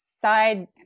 side